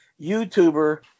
YouTuber